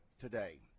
today